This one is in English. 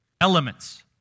elements